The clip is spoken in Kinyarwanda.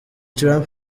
trump